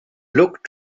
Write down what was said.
looked